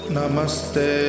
Namaste